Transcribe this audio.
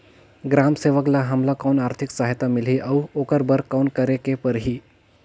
ग्राम सेवक ल हमला कौन आरथिक सहायता मिलही अउ ओकर बर कौन करे के परही?